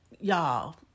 y'all